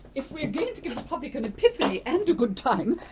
if we're going to give the public an epiphany and a good time,